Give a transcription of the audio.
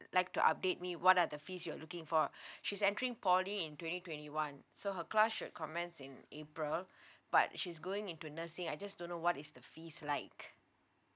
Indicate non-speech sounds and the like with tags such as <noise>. like to update me what are the fees you're looking for <breath> she's entering poly in twenty twenty one so her class should commence in april <breath> but she's going into nursing I just don't know what is the fees like